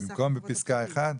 במקום בפסקה (1).